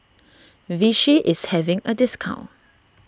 Vichy is having a discount